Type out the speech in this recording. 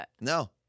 No